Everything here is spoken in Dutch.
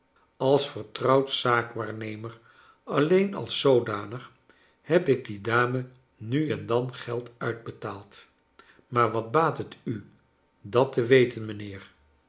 als vertrouwd zaakwaarnemer alleen als zoodanig heb ik die dame nu en dan geld itbetaald maar wat baat het u dat te weten mijnheer